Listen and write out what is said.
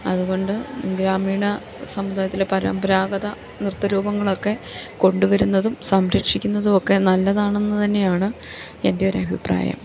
അതുകൊണ്ട് ഗ്രാമീണ സമുദായത്തിലെ പരമ്പരാഗത നൃത്തരൂപങ്ങളൊക്കെ കൊണ്ടുവരുന്നതും സംരക്ഷിക്കുന്നതും ഒക്കെ നല്ലതാണെന്ന് തന്നെയാണ് എൻ്റെ ഒരു അഭിപ്രായം